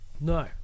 No